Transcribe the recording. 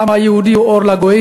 העם היהודי הוא אור לגויים.